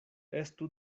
estu